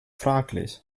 fraglich